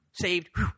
saved